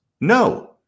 no